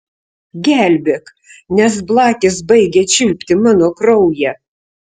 gelbėk nes blakės baigia čiulpti mano kraują